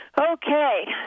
Okay